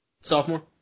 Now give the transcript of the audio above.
Sophomore